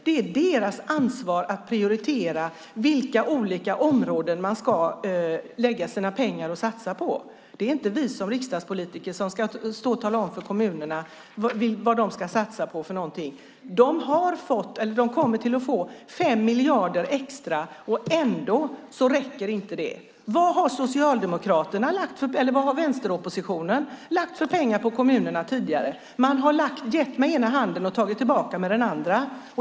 Det är deras ansvar att prioritera vilka områden de ska lägga pengar på. Det är inte vi riksdagspolitiker som ska tala om för kommunerna vad de ska satsa på. De kommer att få 5 miljarder extra, och ändå räcker det inte. Vad har vänsteroppositionen lagt för pengar på kommunerna tidigare? Man har gett med ena handen och tagit tillbaka med den andra.